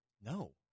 No